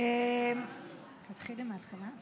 מתחילים מהתחלה?